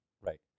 right